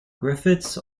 griffiths